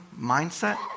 mindset